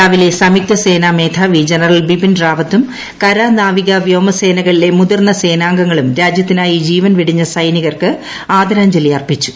രാവിലെ സംയുക്ത സേന ്മേധാവി ജനറൽ ബിപിൻ റാവത്തും കര നാവിക വ്യോമസേനകളിലെ മുതിർന്ന സേനാംഗങ്ങളും രാജ്യത്തിനായി ജീവൻവെടിഞ്ഞ സൈനികർക്ക് ആദരാഞ്ജലി അർപ്പിച്ചു